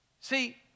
See